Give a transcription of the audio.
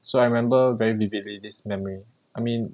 so I remember very vividly this memory I mean